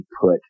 put